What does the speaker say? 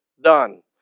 Done